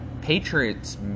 Patriots